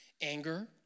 anger